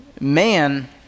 man